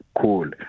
cool